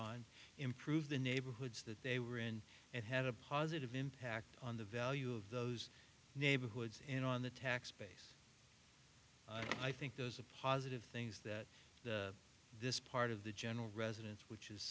ron improve the neighborhoods that they were in and had a positive impact on the value of those neighborhoods and on the tax base i think those are positive things that this part of the general residence which is